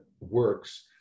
works